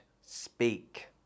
speak